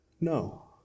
No